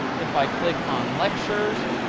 if i click on lectures,